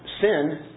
sin